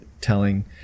telling